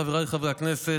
חבריי חברי הכנסת,